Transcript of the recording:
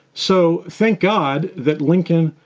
so thank god that lincoln,